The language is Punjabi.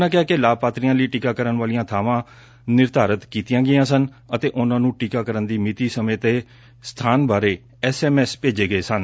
ਉਨ੍ਹਾਂ ਕਿਹਾ ਕਿ ਲਾਭਪਾਤਰੀਆਂ ਲਈ ਟੀਕਾਕਰਨ ਵਾਲੀਆਂ ਬਾਵਾਂ ਨਿਰਧਾਰਤ ਕੀਤੀਆਂ ਗਈਆਂ ਸਨ ਅਤੇ ਉਨੂਾ ਨੂੰ ਟੀਕਾਕਰਨ ਦੀ ਸਿੱਤੀ ਸਮੇ ਤੇ ਸਬਾਨ ਬਾਰੇ ਐਸ ਐਮ ਐਸ ਭੇਜੇ ਗਏ ਸਨ